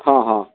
ହଁ ହଁ